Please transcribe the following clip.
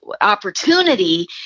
opportunity